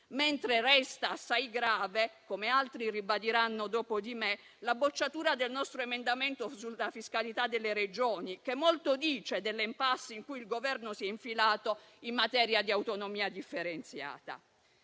mentre resta assai grave - come altri ribadiranno dopo di me - la bocciatura del nostro emendamento sulla fiscalità delle Regioni, che molto dice dell'*impasse* in cui il Governo si è infilato in materia di autonomia differenziata.